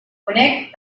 honek